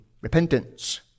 repentance